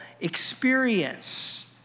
experience